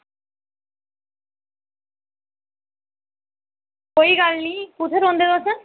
कोई गल्ल नेईं कु'त्थे रौंह्दे तुस